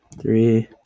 three